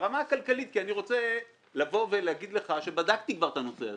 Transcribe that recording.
ברמה הכלכלית אני רוצה להגיד לך שבדקתי כבר את הנושא הזה,